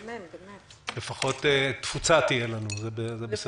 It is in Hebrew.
לפחות תפוצה תהיה לנו, זה בסדר.